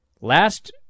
Last